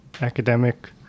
academic